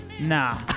Nah